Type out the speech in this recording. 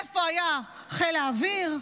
איפה היה חיל האוויר,